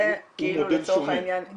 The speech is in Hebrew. זה כאילו לצורך העניין -- הוא מודל שונה.